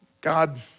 God